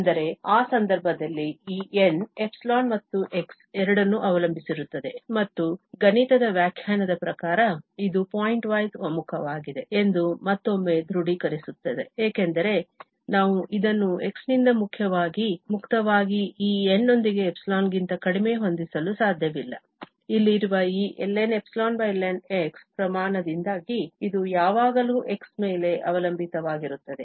ಆದರೆ ಆ ಸಂದರ್ಭದಲ್ಲಿ ಈ N ϵ ಮತ್ತು x ಎರಡನ್ನೂ ಅವಲಂಬಿಸಿರುತ್ತದೆ ಮತ್ತು ಗಣಿತದ ವ್ಯಾಖ್ಯಾನದ ಪ್ರಕಾರ ಇದು ಪಾಯಿಂಟ್ವೈಸ್ ಒಮ್ಮುಖವಾಗಿದೆ ಎಂದು ಮತ್ತೊಮ್ಮೆ ದೃಢೀಕರಿಸುತ್ತದೆ ಏಕೆಂದರೆ ನಾವು ಇದನ್ನು x ನಿಂದ ಮುಕ್ತವಾಗಿ ಈ N ನೊಂದಿಗೆ ϵ ಗಿಂತ ಕಡಿಮೆ ಹೊಂದಿಸಲು ಸಾಧ್ಯವಿಲ್ಲ ಇಲ್ಲಿರುವ ಈ ln∈lnx ಪ್ರಮಾಣದಿಂದಾಗಿ ಇದು ಯಾವಾಗಲೂ x ಮೇಲೆ ಅವಲಂಬಿತವಾಗಿರುತ್ತದೆ